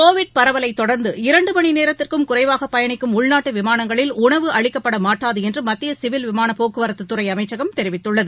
Covid பரவலை தொடர்ந்து இரண்டு மணி நேரத்திற்கும் குறைவாக பயணிக்கும் உள்நாட்டு விமானங்களில் உணவு அளிக்கப்பட மாட்டாது என்று மத்திய சிவில் விமானப் போக்குவரத்து துறை அமைச்சகம் தெரிவித்துள்ளது